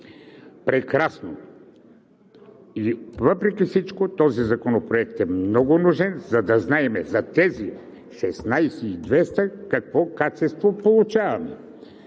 Прекрасно! И въпреки всичко този законопроект е много нужен, за да знаем за тези 16,200 какво качество получаваме.